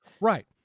right